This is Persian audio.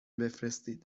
بفرستید